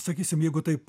sakysim jeigu taip